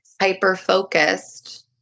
hyper-focused